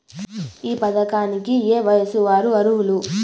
ఈ పథకానికి ఏయే వయస్సు వారు అర్హులు?